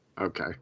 Okay